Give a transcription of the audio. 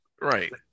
Right